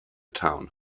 town